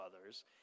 others